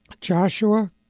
Joshua